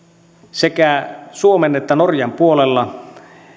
sekä suomen että norjan puolella